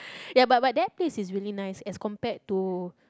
ya but but that place is really nice as compared to